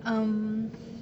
um